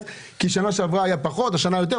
כי בשנה שעברה היה פחות והשנה יהיה יותר,